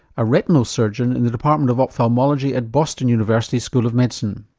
a retinal surgeon in the department of ophthalmology at boston university school of medicine.